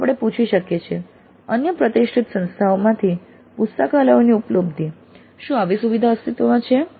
તો આપણે પૂછી શકીએ છીએ અન્ય પ્રતિષ્ઠિત સંસ્થાઓમાંથી પુસ્તકાલયોની ઉપલબ્ધી શું આવી સુવિધા અસ્તિત્વમાં છે